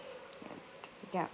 and ya